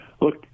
Look